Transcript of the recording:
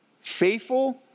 Faithful